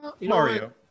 Mario